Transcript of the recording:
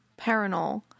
Paranol